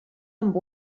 amb